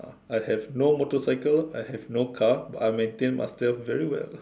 I have no motorcycle I have no car but I maintain myself very well